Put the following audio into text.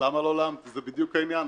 זה בדיוק העניין.